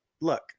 Look